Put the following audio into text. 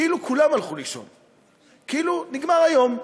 כאילו כולם הלכו לישון, כאילו נגמר היום,